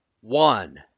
One